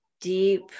deep